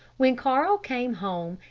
when carl came home,